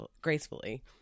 gracefully